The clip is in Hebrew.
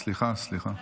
סליחה, סליחה.